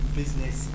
business